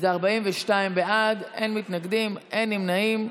42 בעד, אין מתנגדים, אין נמנעים.